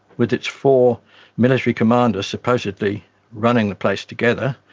with its four military commanders supposedly running the place together,